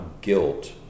guilt